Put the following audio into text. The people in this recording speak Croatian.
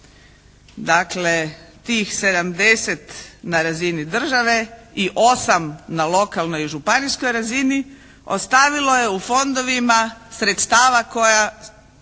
Dakle tih 70 na razini države i 8 na lokalnoj i županijskoj razini ostavilo je u fondovima sredstava koja